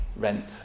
rent